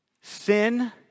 Sin